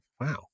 wow